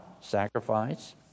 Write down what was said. sacrifice